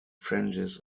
fringes